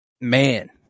man